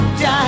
die